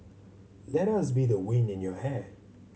let us be the wind in your hair